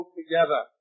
together